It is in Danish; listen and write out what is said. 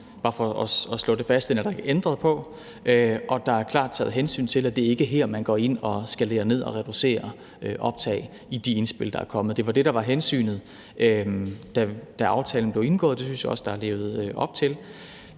bare for at slå det fast: Den er der ikke ændret på. Og der er klart taget hensyn til, at det ikke er her, man går ind og skalerer ned og reducerer optaget, i de indspil, der er kommet. Det var det, der var hensynet, da aftalen blev indgået, og det synes jeg også der er levet op til.